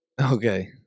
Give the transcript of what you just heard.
Okay